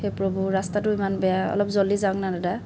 হে প্ৰভূ ৰাস্তাটো ইমান বেয়া অলপ জলদি যাওক না দাদা